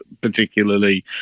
particularly